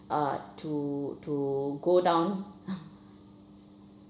uh to to go down